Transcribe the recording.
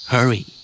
Hurry